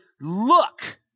look